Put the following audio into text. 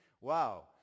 Wow